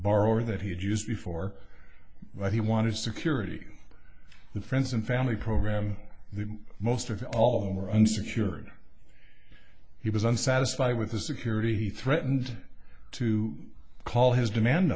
borrower that he had used before but he wanted security for the friends and family program the most of all of them are unsecured he was unsatisfied with the security threatened to call his demand